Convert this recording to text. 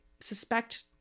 suspect